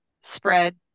spread